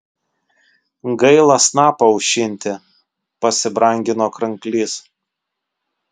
gaila snapą aušinti pasibrangino kranklys